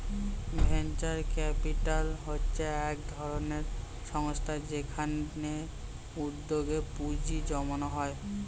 venture capital হচ্ছে একধরনের সংস্থা যেখানে উদ্যোগে পুঁজি জমানো হয়